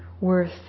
worth